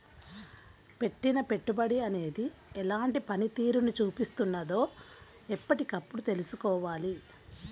పెట్టిన పెట్టుబడి అనేది ఎలాంటి పనితీరును చూపిస్తున్నదో ఎప్పటికప్పుడు తెల్సుకోవాలి